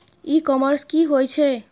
ई commerce की होए छै?